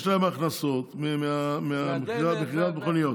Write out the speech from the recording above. יש להם הכנסות ממכירת המכוניות.